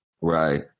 right